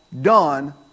done